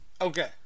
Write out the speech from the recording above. Okay